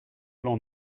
l’on